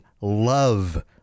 love